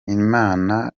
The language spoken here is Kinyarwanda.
imana